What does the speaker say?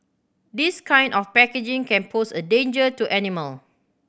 this kind of packaging can pose a danger to animal